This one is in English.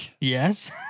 Yes